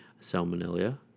Salmonella